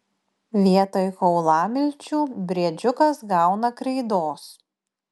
vietoj kaulamilčių briedžiukas gauna kreidos